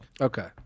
Okay